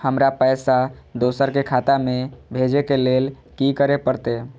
हमरा पैसा दोसर के खाता में भेजे के लेल की करे परते?